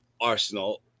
Arsenal